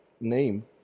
name